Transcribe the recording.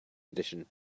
edition